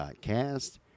Cast